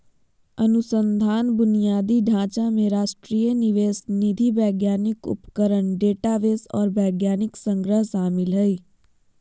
अनुसंधान बुनियादी ढांचा में राष्ट्रीय निवेश निधि वैज्ञानिक उपकरण डेटाबेस आर वैज्ञानिक संग्रह शामिल हइ